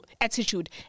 attitude